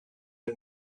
est